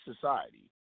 society